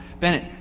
Bennett